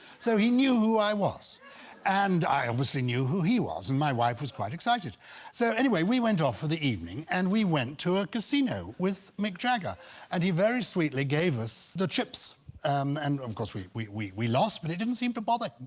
so he knew who i was and i obviously knew who he was and my wife was quite excited so anyway we went off for the evening and we went to a casino with mick jagger and he very sweetly gave us the chips um, and of course, we we we we lost but it didn't seem to bother